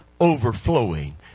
overflowing